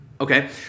okay